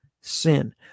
sin